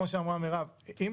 כמו שאמרה חברת הכנסת בן ארי אם לא